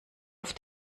auf